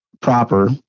proper